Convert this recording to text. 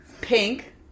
Pink